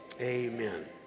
amen